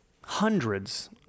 hundreds